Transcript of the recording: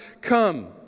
come